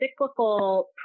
cyclical